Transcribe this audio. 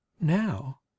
Now